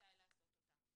מתי לעשות אותה.